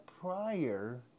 prior